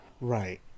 Right